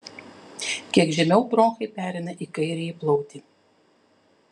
kiek žemiau bronchai pereina į kairįjį plautį